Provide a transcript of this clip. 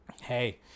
hey